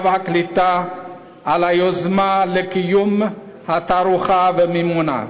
והקליטה על היוזמה לקיום התערוכה ומימונה,